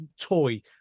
toy